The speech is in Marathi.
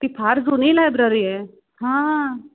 ती फार जुनी लायब्ररी आहे हां